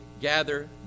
gather